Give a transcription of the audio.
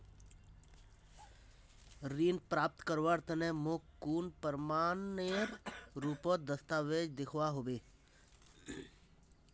ऋण प्राप्त करवार तने मोक कुन प्रमाणएर रुपोत दस्तावेज दिखवा होबे?